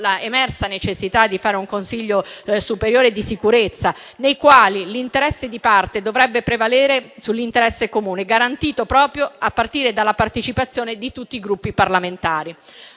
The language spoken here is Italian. necessità di fare un Consiglio superiore di sicurezza. In tali organi l'interesse di parte non dovrebbe prevalere sull'interesse comune, garantito proprio a partire dalla partecipazione di tutti i Gruppi parlamentari.